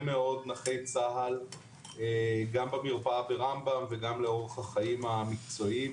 מאוד נכי צה"ל גם במרפאה ברמב"ם וגם לאורך החיים המקצועיים.